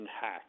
hack